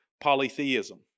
polytheism